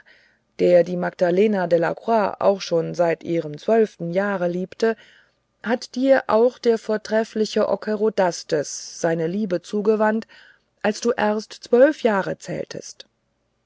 der die magdalena de la croix auch schon seit ihrem zwölften jahre liebte hat dir auch der vortreffliche ockerodastes seine liebe zugewandt als du erst zwölf jahre zähltest